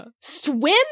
Swim